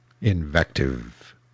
invective